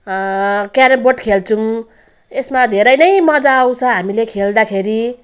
carrom board खेल्छौँ यसमा धेरै नै मजा आउँछ हामीले खेल्दाखेरि